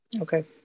Okay